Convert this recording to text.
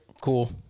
cool